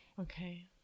Okay